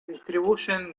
distribuyen